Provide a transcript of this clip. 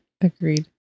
Agreed